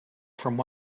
from